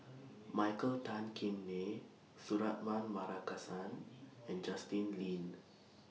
Michael Tan Kim Nei Suratman Markasan and Justin Lean